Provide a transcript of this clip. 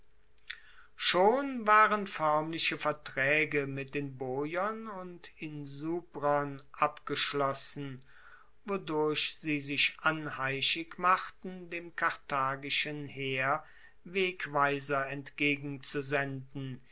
schon waren foermliche vertraege mit den boiern und insubrern abgeschlossen wodurch sie sich anheischig machten dem karthagischen heer wegweiser entgegenzusenden